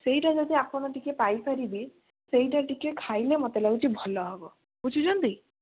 ସେଇଟା ଯଦି ଆପଣ ଟିକିଏ ପାଇପାରିବେ ସେଇଟା ଟିକିଏ ଖାଇଲେ ମୋତେ ଲାଗୁଛି ଭଲହେବ ବୁଝୁଛନ୍ତି